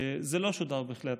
זה לא שודר בכלי התקשורת.